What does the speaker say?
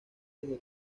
desde